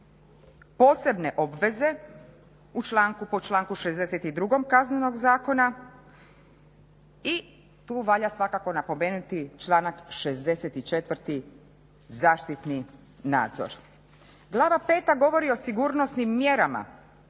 posebne obveze po članku 62. Kaznenog zakona i tu valja svakako napomenuti članak 64. zaštitni nadzor. Glava 5. govori o sigurnosnim mjerama